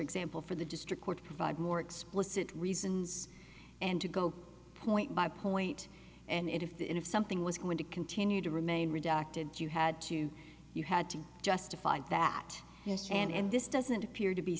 example for the district court provide more explicit reasons and to go point by point and if the if something was going to continue to remain redacted you had to you had to justify that and this doesn't appear to be